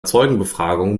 zeugenbefragung